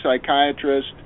psychiatrist